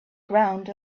ground